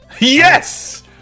Yes